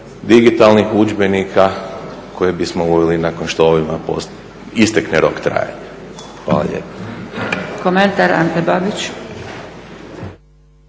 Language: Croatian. digitalnih udžbenika koje bismo uveli nakon što ovima istekne rok trajanja. Hvala lijepa. **Zgrebec,